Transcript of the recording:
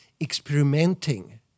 experimenting